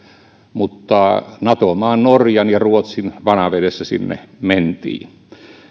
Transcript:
mutta nato maa norjan ja ruotsin vanavedessä sinne mentiin